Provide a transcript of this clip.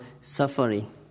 suffering